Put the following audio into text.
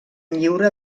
lliure